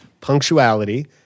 punctuality